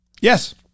Yes